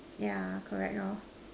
yeah correct